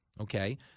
Okay